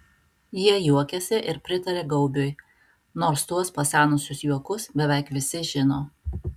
jie juokiasi ir pritaria gaubiui nors tuos pasenusius juokus beveik visi žino